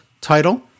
title